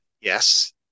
Yes